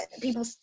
people